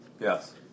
Yes